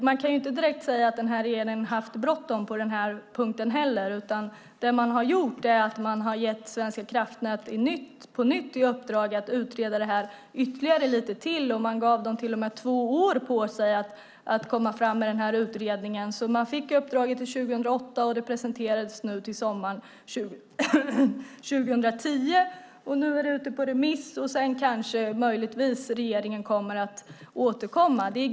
Man kan inte säga att regeringen precis haft bråttom när det gäller den här frågan. Man har gett Svenska kraftnät i uppdrag att på nytt utreda frågan. De fick till och med två år på sig att göra utredningen. Uppdraget gavs 2008, och resultatet presenterades sommaren 2010. Nu är ärendet ute på remiss, och sedan kanske, möjligtvis, ska regeringen återkomma.